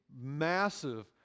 massive